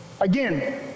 Again